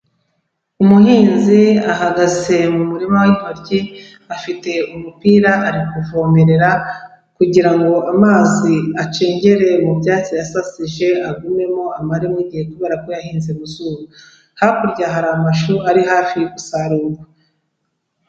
Umuhinzi ahagaze mu murima w'intoryi, afite umupira, ari kuvomerera kugira ngo amazi acengere mu byatsi yasasije agumemo, amaremo igihe kubera kubera ko yahinze mu izuba, hakurya hari amashu ari hafi gusarurwa.